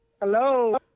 Hello